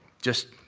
just